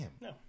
No